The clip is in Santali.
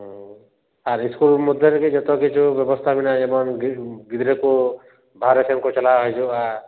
ᱟᱨ ᱤᱥᱠᱩᱞ ᱢᱚᱫᱽᱫᱷᱮ ᱨᱮᱜᱮ ᱡᱚᱛᱚ ᱠᱤᱪᱷᱩ ᱵᱮᱵᱚᱥᱛᱟ ᱢᱮᱱᱟᱜᱼᱟ ᱡᱮᱢᱚᱱ ᱜᱤᱫᱽᱨᱟᱹ ᱠᱚ ᱵᱟᱨᱦᱮ ᱥᱮᱱ ᱠᱚ ᱪᱟᱞᱟᱣ ᱦᱤᱡᱩᱜᱼᱟ